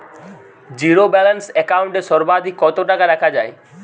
Zero balance account এ সর্বাধিক কত টাকা রাখা য়ায়?